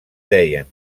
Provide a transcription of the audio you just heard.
deien